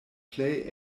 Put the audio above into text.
plej